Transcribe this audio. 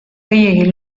gehiegi